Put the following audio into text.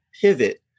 pivot